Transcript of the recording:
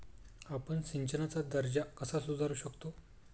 आपण सिंचनाचा दर्जा कसा सुधारू शकतो?